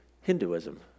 Hinduism